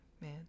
man